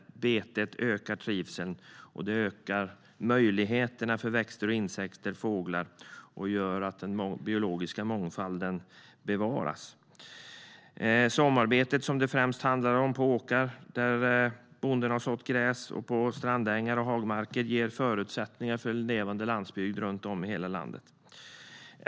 Betet ökar trivseln, och det ökar möjligheterna för växter, insekter och fåglar och gör att den biologiska mångfalden bevaras. Sommarbetet, som det främst handlar om, på åkrar där bonden har sått gräs och på strandängar och hagmarker ger förutsättningar för en levande landsbygd i hela landet.